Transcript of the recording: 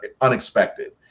unexpected